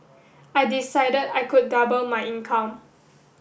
I decide I could double my income